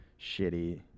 shitty